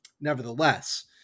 nevertheless